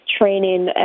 training